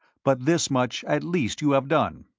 but this much at least you have done.